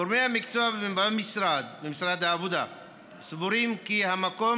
גורמי המקצוע במשרד העבודה סבורים כי המקום